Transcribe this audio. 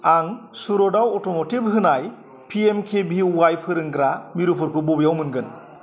आं सुरदआव अट'मटिभ होनाय P M K V Y फोरोंग्रा मिरुफोरखौ बबेयाव मोनगोन